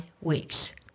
weeks